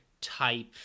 type